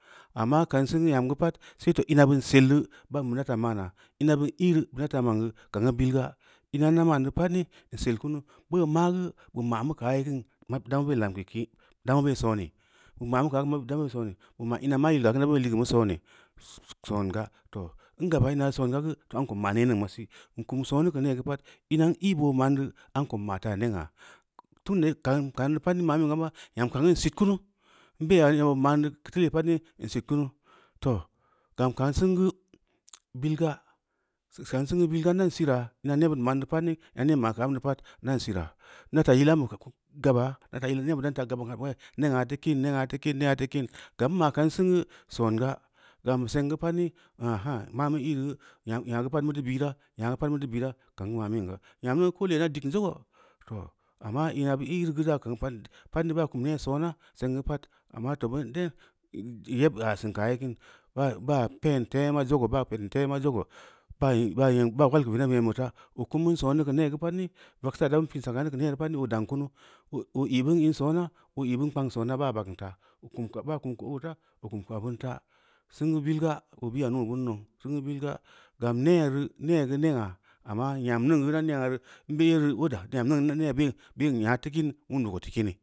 Amna kan sengu’u nyam gu pa’at seto ina bun seldu’u ndata mana ina an iru’u ndata mangu’u kan gu’u bilga’a ina nfa mangu pa’at nni seli kuu mbeh magu bu mmamu kakin da mebelanku kin da mebe soni’i mamu kakin da mebe soni ko i mamu kane’ da mabe soni ima ina ma yila bege da ma ligimu’u sonu ‘ so-songa toh ngabaa ina ye songa gu toh amko nma ne niŋ masi nni kumsone’ ku ne’gu’u pa’at ini in i’ boo mangu amko nma ta ne’a o mandu’u tu le pa’at i sitkunu toh gam ka’an sengu’u bilga-kaa’n sengu’u bilga sai in dan kun si’ɨra ina nebit ma’an gu pa’at da kun si’i’ra inanebit ma’an gu pa’at da ni maŋgu am ou pa’at ən dan si’ira ndata yil ambu geba ndata nebit ndata gaba ne’a’ tu kin-ne’a tu kin ngam mma kan sengu’u songa’a gam sengu’u pa’at ni ahan ma mu i’ gunyamgu pa’at mutu bira’a-nyamyu pa’at mutu bira’a’ ka’an mamin ga’a nyam niŋ kole da diŋ zogoó’ toh amma ina bu i’ru ga da ken kpan pa’at ne ba’a kum sona sengu pa’at amma tpbi ənde’n yeb ba sən ku aye’ ba pin tema jogoo ba yin ba yin ba wal ku neb in buta’a o kumbu’um sone’ ku negu’u pa’at ni, vaksa da pin sakani ku negu’u pa’at o daŋ kunu o ‘i’ in sona’ o ɨ kpang sona ba baŋ təa baa’ kum-ba’a’ kum ku ota o biya bu’un nau sengu’u bilga gam neru’u neguu ne ‘a’ amma nyam niŋga dan nyagaru’u nmeguu oda nda nne ben nya tu’u kini wundu’u ko’o’ tu’u kini.